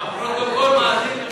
הפרוטוקול מאזין לך.